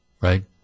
right